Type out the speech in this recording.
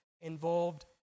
involved